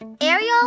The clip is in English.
Ariel